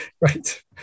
Right